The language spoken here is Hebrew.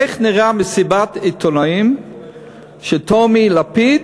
איך נראית מסיבת עיתונאים של טומי לפיד,